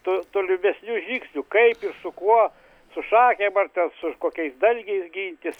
tų tolimesnių žingsnių kaip ir su kuo su šakėm ar ten su kokiais dalgiais gintis